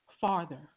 farther